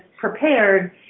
prepared